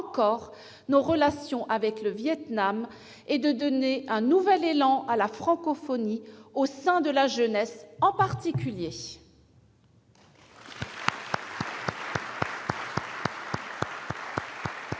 nos relations avec le Vietnam, et de donner un nouvel élan à la francophonie, au sein de la jeunesse en particulier.